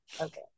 okay